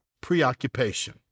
Preoccupation